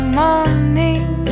morning